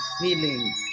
feeling